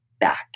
back